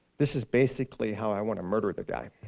this is basically how i want to murder the guy.